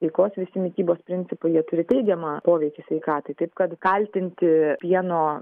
sveikos visi mitybos principai jie turi teigiamą poveikį sveikatai taip kad kaltinti pieno